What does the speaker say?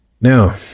Now